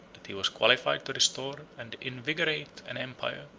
that he was qualified to restore and invigorate an empire,